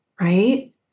right